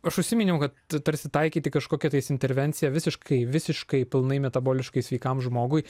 aš užsiminiau kad tarsi taikyti kažkokią tais intervenciją visiškai visiškai pilnai metaboliškai sveikam žmogui